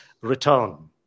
return